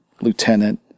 lieutenant